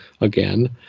again